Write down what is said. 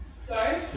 Sorry